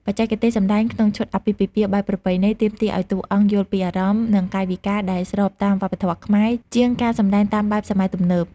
បច្ចេកទេសសម្ដែងក្នុងឈុតអាពាហ៍ពិពាហ៍បែបប្រពៃណី ទាមទារឲ្យតួអង្គយល់ពីអារម្មណ៍ និងកាយវិការដែលស្របតាមវប្បធម៌ខ្មែរ ជាងការសម្ដែងតាមបែបសម័យទំនើប។